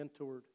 mentored